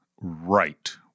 right